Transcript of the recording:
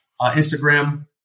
Instagram